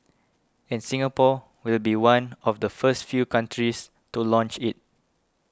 and Singapore will be one of the first few countries to launch it